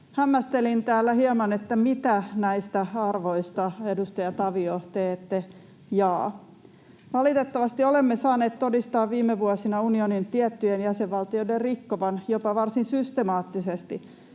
Hämmästelin täällä hieman, mitä näistä arvoista, edustaja Tavio, te ette jaa. Valitettavasti olemme saaneet todistaa viime vuosina unionin tiettyjen jäsenvaltioiden rikkovan jopa varsin systemaattisesti